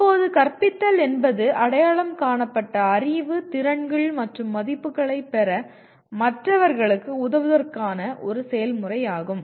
இப்போது கற்பித்தல் என்பது அடையாளம் காணப்பட்ட அறிவு திறன்கள் மற்றும் மதிப்புகளைப் பெற மற்றவர்களுக்கு உதவுவதற்கான ஒரு செயல்முறையாகும்